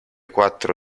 quattro